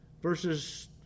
verses